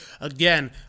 Again